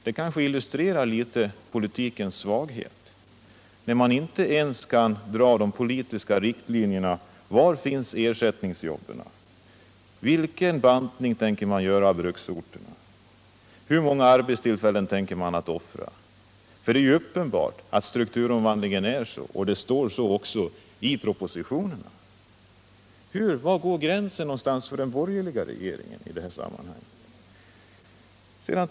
Det kanske illustrerar politikens svaghet när man inte ens kan dra upp riktlinjerna för var ersättningsjobben skall finnas. Vilken bantning tänker man göra av bruksorterna? Hur många arbetstillfällen tänker man offra? Det är uppenbart att strukturomvandlingen är sådan, och det står även så i propositionen. Var går gränsen för den borgerliga regeringen i det här sammanhanget?